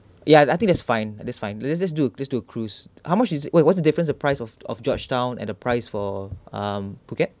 ya I think that's fine that's fine let's let's do let's do a cruise how much is what's what's the difference of price of of georgetown and the price for um phuket